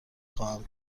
خواهم